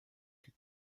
que